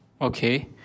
Okay